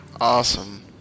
Awesome